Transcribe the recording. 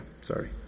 sorry